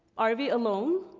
are we alone?